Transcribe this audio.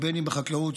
חקלאות,